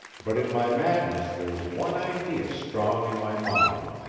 but in my madness there was one idea strong in my mind.